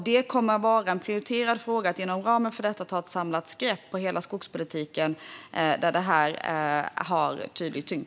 Det kommer att vara en prioriterad fråga att inom ramen för detta ta ett samlat grepp om hela skogspolitiken där detta har en särskild tyngd.